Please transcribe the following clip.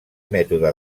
mètode